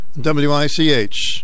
W-I-C-H